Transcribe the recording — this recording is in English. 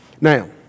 Now